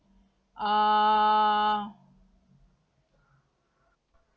uh